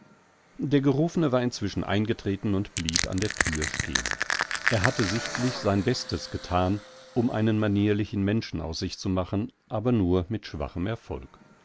der gerufene war inzwischen eingetreten und blieb an der thür stehn er hatte sichtlich sein bestes gethan um einen manierlichen menschen aus sich zu machen aber nur mit schwachem erfolg